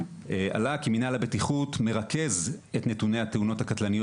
עלה כי מינהל הבטיחות מרכז את נתוני התאונות הקטלניות